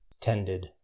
tended